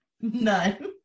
none